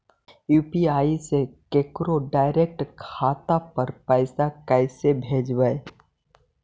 UPI से केकरो direct खाता पर पैसा कैसे भेजबै?